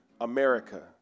America